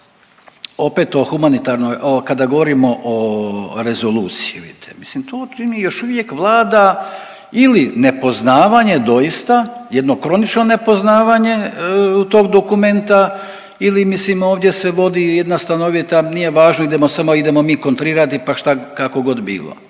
opet o humanitarnoj, o, kada govorimo o rezoluciji, vidite, mislim tu čini još uvijek vlada ili nepoznavanje doista jedno kronično nepoznavanje tog dokumenta ili mislim ovdje se vodi jedna stanovita, nije važno, idemo samo idemo mi kontrirati, pa šta, kako god bilo.